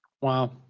wow